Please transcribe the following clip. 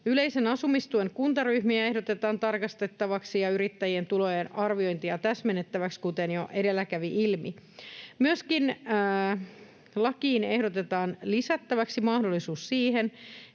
Yleisen asumistuen kuntaryhmiä ehdotetaan tarkistettavaksi ja yrittäjien tulojen arviointia täsmennettäväksi, kuten jo edellä kävi ilmi. Myöskin lakiin ehdotetaan lisättäväksi mahdollisuus siihen,